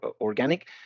organic